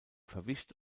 verwischt